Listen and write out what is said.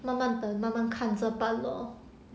慢慢等慢慢看着办 lor